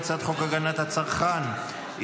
הצעת חוק הגנת הצרכן (תיקון,